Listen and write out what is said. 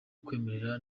kwemera